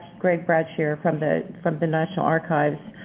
greg bradsher from the from the national archives.